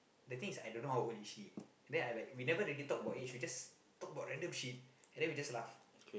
the thing is I don't know how old is she then I like we never really talk about age we just talk about random shit then we just laugh